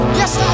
Yes